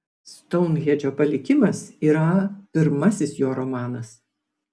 stounhendžo palikimas yra pirmasis jo romanas